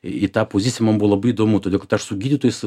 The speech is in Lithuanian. į tą poziciją man buvo labai įdomu todėl kad aš su gydytojais